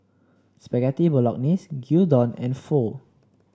Spaghetti Bolognese Gyudon and Pho